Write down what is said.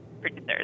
producers